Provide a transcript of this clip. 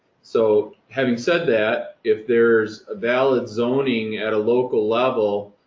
so having said that, if there's a valid zoning at a local level,